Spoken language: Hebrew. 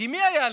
כי מי היה לך?